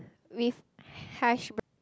with hash